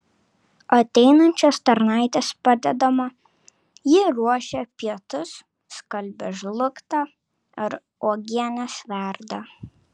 ateinančios tarnaitės padedama ji ruošia pietus skalbia žlugtą ar uogienes verda